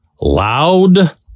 loud